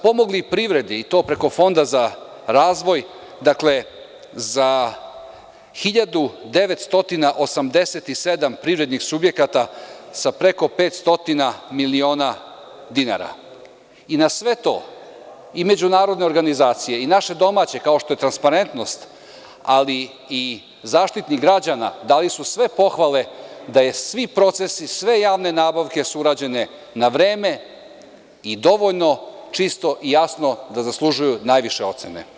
Pomogli smo privredi i to preko Fonda za razvoj za 1987 privrednih subjekata sa preko 500 miliona dinara, i na sve to i međunarodne organizacije i naše domaće, kao što je Transparentnost, ali i Zaštitnik građana dali su sve pohvale da su svi procesi, sve javne nabavke su urađene na vreme i dovoljno čisto, jasno da zaslužuju najviše ocene.